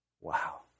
Wow